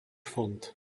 fond